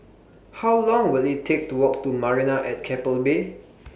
How Long Will IT Take to Walk to Marina At Keppel Bay